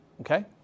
Okay